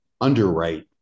underwrite